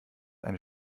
eine